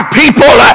people